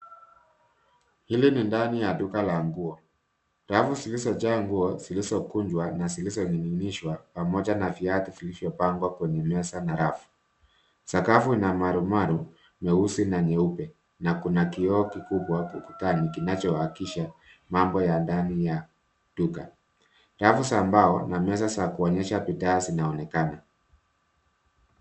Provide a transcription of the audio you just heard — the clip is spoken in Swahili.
Hili ni ndani ya duka la nguo, rafu zililizojaa nguo, zilizokunjwa na zilizoning'inishwa pamoja na viatu vilivyopangwa kwenye meza na rafu. Sakafu na marumaru meusi na nyeupe na kuna kioo kikubwa ukutani kinachoakisi mambo ya ndani ya duka. Rafu za mbao na meza za kuonyesha bidhaa zinaonekana.